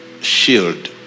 Shield